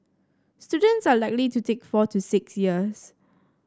students are likely to take four to six years